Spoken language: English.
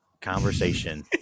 conversation